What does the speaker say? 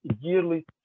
yearly